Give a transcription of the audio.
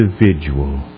individual